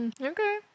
okay